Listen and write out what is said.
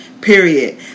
Period